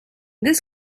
this